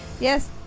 Yes